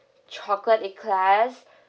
chocolate eclairs